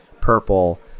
purple